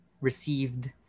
received